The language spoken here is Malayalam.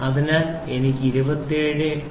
അതിനാൽ എനിക്ക് 28